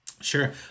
Sure